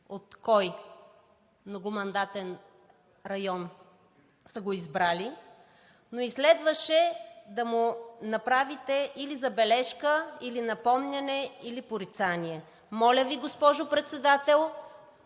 от кой многомандатен район са го избрали, но и следваше да му направите или забележка, или напомняне, или порицание! Моля Ви, госпожо Председател,